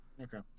Okay